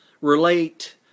relate